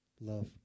love